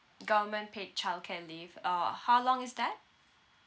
government paid childcare leave uh how long is that